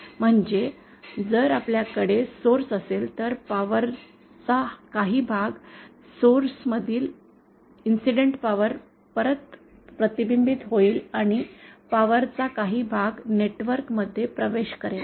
म्हणजे जर आपल्याकडे स्रोत असेल तर पॉवर चा काही भाग स्त्रोतामधील इंसिडेन्ट पॉवर परत प्रतिबिंबित होईल आणि पॉवर चा काही भाग नेटवर्क मध्ये प्रवेश करेल